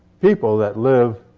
people that live